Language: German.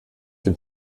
dem